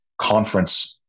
conference